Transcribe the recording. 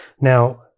Now